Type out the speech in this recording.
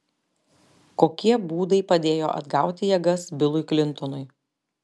kokie būdai padėjo atgauti jėgas bilui klintonui